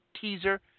teaser